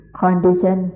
condition